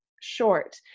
short